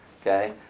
Okay